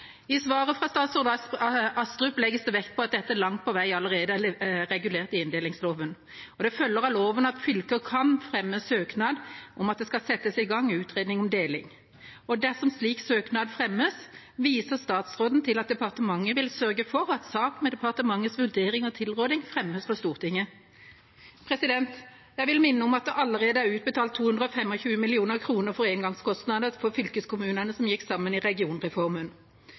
I svaret fra statsråd Astrup legges det vekt på at dette langt på vei allerede er regulert i inndelingsloven. Det følger av loven at fylker kan fremme søknad om at det skal settes i gang utredning om deling. Dersom slik søknad fremmes, viser statsråden til at departementet vil sørge for at en sak med departementets vurdering og tilråding fremmes for Stortinget. Jeg vil minne om at det allerede er utbetalt 225 mill. kr for engangskostnader for fylkeskommunene som gikk sammen i regionreformen.